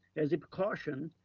as a precaution,